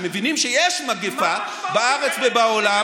שמבינים שיש מגפה בארץ ובעולם,